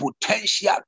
potential